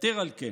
יתר על כן,